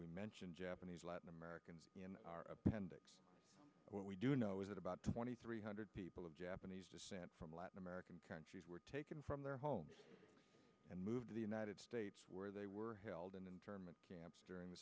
we mention japanese latin american in our appendix what we do know is that about twenty three hundred people of japanese from latin american countries were taken from their homes and moved to the united states where they were held in internment camps during the